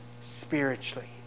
spiritually